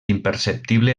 imperceptible